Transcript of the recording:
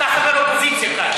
אדוני, אני לא מאשר הצעה לסדר.